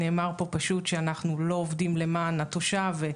נאמר פה פשוט שאנחנו לא עובדים למען התושב.